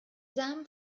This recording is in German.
samen